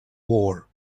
war